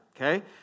okay